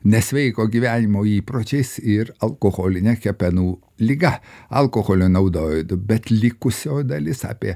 nesveiko gyvenimo įpročiais ir alkoholine kepenų liga alkoholio naudojo bet likusioji dalis apie